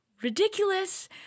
ridiculous